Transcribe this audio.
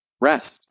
rest